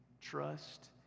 Trust